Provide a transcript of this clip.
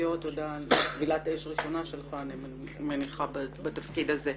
גיורא, תודה על טבילת האש הראשונה שלך בתפקיד הזה.